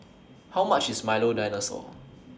How much IS Milo Dinosaur